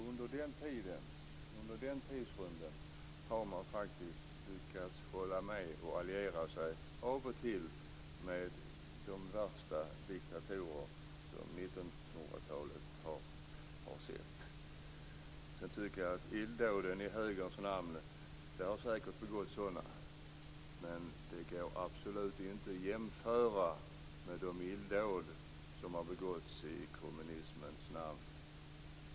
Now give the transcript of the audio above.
Under denna tidsrymd har man faktiskt lyckats hålla med, och av och till alliera sig med, de värsta diktatorer som 1900-talet har sett. Det har säkert också begåtts illdåd i högerns namn. Men de går absolut inte att jämföra med de illdåd som har begåtts i kommunismens namn.